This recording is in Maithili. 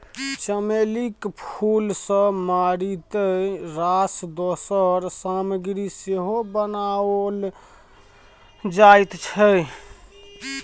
चमेलीक फूल सँ मारिते रास दोसर सामग्री सेहो बनाओल जाइत छै